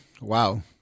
wow